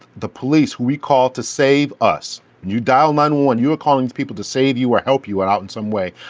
the police we call to save us, you dial nine one. you are calling people to save you or help you out in some way,